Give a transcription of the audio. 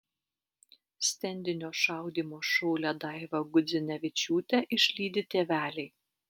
stendinio šaudymo šaulę daivą gudzinevičiūtę išlydi tėveliai